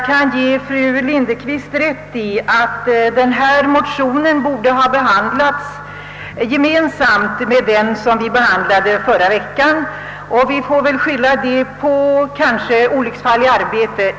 Herr talman! Denna motion borde ha behandlats i samband med den vi behandlade i förra veckan om egenpension m.m. Att så inte skedde får vi väl kalla olycksfall i arbete.